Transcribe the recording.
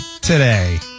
today